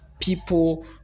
people